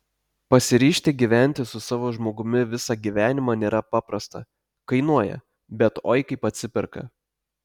pasiryžti gyventi su savo žmogumi visą gyvenimą nėra paprasta kainuoja bet oi kaip atsiperka